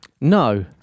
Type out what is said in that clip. No